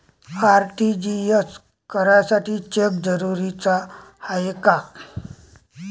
RTGS करासाठी cheque जरुरीचा हाय काय?